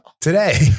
Today